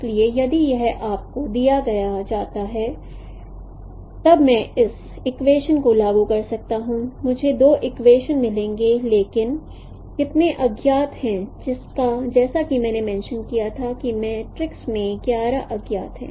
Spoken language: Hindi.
इसलिए यदि यह आपको दिया जाता है तब मैं इस इक्वेशनस को लागू कर सकता हूं मुझे दो इक्वेशनस मिलेंगे लेकिन कितने अज्ञात हैं जैसा कि मैंने मेंशं किया था कि मैट्रिक्स में 11 अज्ञात हैं